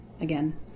again